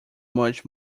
much